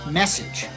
message